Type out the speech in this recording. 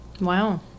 Wow